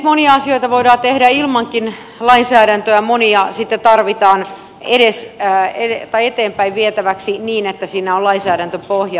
monia asioita voidaan tehdä ilmankin lainsäädäntöä monia sitten tarvitaan eteenpäin vietäväksi niin että siinä on lainsäädäntöpohjaa